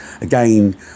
again